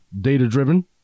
data-driven